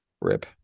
Rip